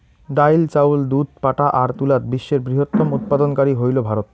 ডাইল, চাউল, দুধ, পাটা আর তুলাত বিশ্বের বৃহত্তম উৎপাদনকারী হইল ভারত